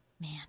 man